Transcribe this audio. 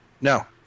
No